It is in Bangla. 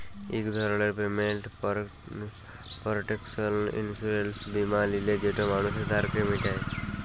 ইক ধরলের পেমেল্ট পরটেকশন ইলসুরেলস বীমা লিলে যেট মালুসের ধারকে মিটায়